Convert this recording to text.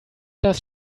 does